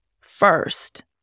first